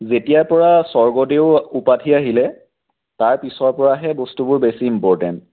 যেতিয়াৰ পৰা স্বৰ্গদেউ উপাধি আহিলে তাৰ পিছৰ পৰাহে বস্তুবোৰ বেছি ইম্পৰটেণ্ট